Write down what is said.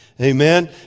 Amen